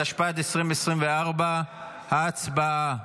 התשפ"ד 2024. הצבעה.